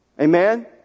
Amen